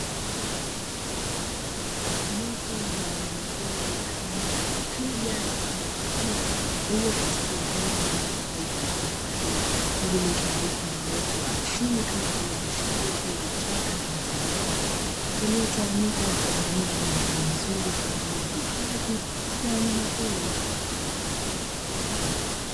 Jopo la wanyamapori aina ya twiga na pundamilia, walio katika eneo lenye ardhi tambarare lililozungukwa na uoto wa asili kama vile nyasi fupi, vichaka na maeneo yaliyotawanyika na kutengeneza mandhari nzuri kwa ajili ya hifadhi ya wanyamapori.